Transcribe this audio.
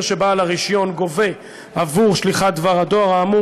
שבעל הרישיון גובה עבור שליחת דבר הדואר האמור,